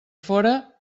fora